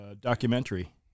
documentary